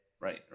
Right